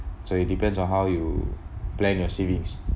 so it depends on how you plan your savings